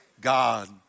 God